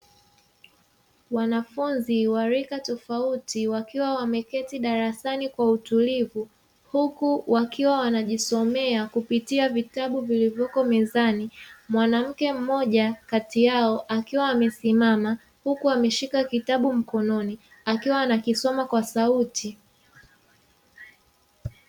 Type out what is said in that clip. Wanafunzi wa rika tofauti wakiwa wameketi darasani kwa utulivu huku wakiwa wanajisomea kupitia vitabu vilivyopo mezani. Mwanamke mmoja kati yao akiwa amesimama huku ameshika kitabu mkononi akiwa anakisoma kwa sauti.